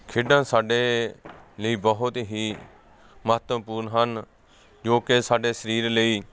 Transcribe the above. ਖੇਡਾਂ ਸਾਡੇ ਲਈ ਬਹੁਤ ਹੀ ਮਹੱਤਵਪੂਰਨ ਹਨ ਜੋ ਕਿ ਸਾਡੇ ਸਰੀਰ ਲਈ